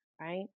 right